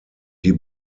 die